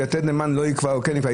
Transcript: ויתד נאמן לא יקבע או כן יקבע?